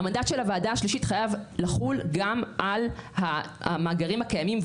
הוועדה השלישית חייב לחול גם על המאגרים הקיימים,